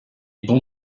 bon